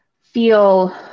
feel